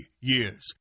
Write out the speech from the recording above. years